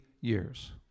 years